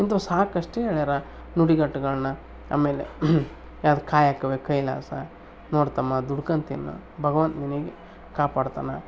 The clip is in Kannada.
ಇಂಥವ್ ಸಾಕಷ್ಟು ಹೇಳ್ಯಾರೆ ನುಡಿಗಟ್ಟುಗಳ್ನಾ ಆಮೇಲೆ ಯಾವ್ದು ಕಾಯಕವೇ ಕೈಲಾಸ ನೋಡು ತಮ್ಮ ದುಡ್ಕೊಂಡ್ ತಿನ್ನು ಭಗವಂತ ನಿನಗೆ ಕಾಪಾಡ್ತಾನ